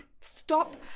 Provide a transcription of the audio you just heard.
stop